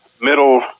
middle